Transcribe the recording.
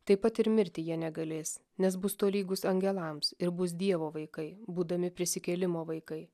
taip pat ir mirti jie negalės nes bus tolygūs angelams ir bus dievo vaikai būdami prisikėlimo vaikai